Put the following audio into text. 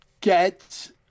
get